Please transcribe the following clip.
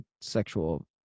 sexual